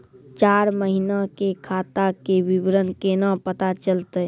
चार महिना के खाता के विवरण केना पता चलतै?